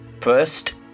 First